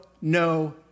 no